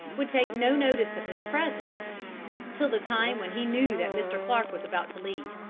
would take no notice of his presence till the time when he knew that mr. clark was about to leave.